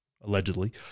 allegedly